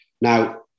Now